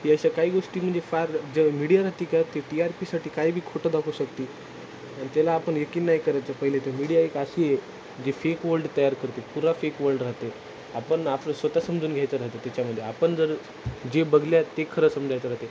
या अशा काही गोष्टी म्हणजे फार जे मीडिया राहते का ते टी आर पीसाठी काही बी खोटं दाखवू शकते अन त्याला आपण यकीन नाही करायचं पहिले तर मीडिया एक अशी आहे जी फेक वर्ल्ड तयार करते पुरा फेक वर्ल्ड राहते आपण आपलं स्वतः समजून घ्यायचं राहतं त्याच्यामध्ये आपण जर जे बघल्यात ते खरं समजायचं राहते